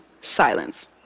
silence